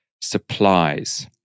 supplies